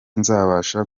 nzabasha